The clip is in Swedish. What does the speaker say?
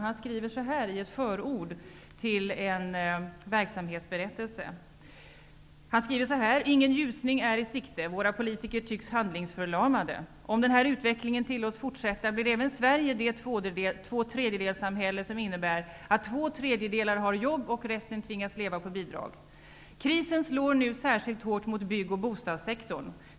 Han skriver så här i ett förord till en verksamhetsberättelse: ''Ingen ljusning är i sikte. Våra politiker tycks handlingsförlamade. Om den här utvecklingen tillåts fortsätta, blir även Sverige det tvåtredjedelssamhälle som innebär att två tredjedelar har jobb och resten tvingas leva på bidrag. Krisen slår nu särskilt hårt mot bygg och bostadssektorn.